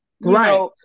Right